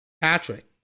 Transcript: Patrick